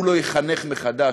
הוא לא יחנך מחדש,